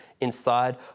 inside